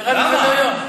ירד מסדר-היום.